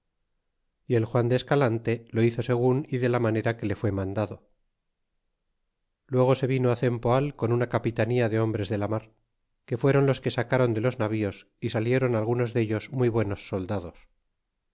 y el juan de escalante lo hizo segun y de la manera que le fue mandado y luego se vino cempoal con una capitanía de hombres de la mar que fueron los que sacáron de los navíos ysaliéron algunos dellos muy buenos soldados